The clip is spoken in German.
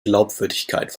glaubwürdigkeit